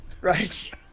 Right